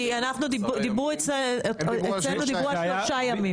כי אצלנו דיברו על שלושה ימים.